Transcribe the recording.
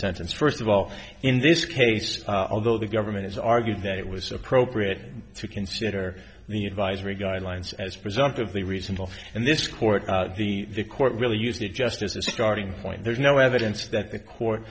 sentence first of all in this case although the government is argued that it was appropriate to consider the advisory guidelines as presumptively reasonable and this court the court really used it just as a starting point there's no evidence that the court